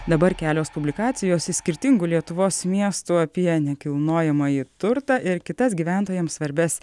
dabar kelios publikacijos iš skirtingų lietuvos miestų apie nekilnojamąjį turtą ir kitas gyventojams svarbias